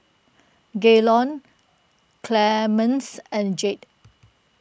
Gaylon Clemence and Jade